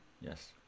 Yes